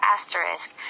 Asterisk